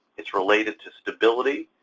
it's related to stability,